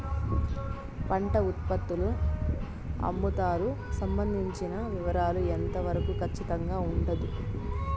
పంట ఉత్పత్తుల అమ్ముతారు సంబంధించిన వివరాలు ఎంత వరకు ఖచ్చితంగా ఉండదు?